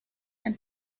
and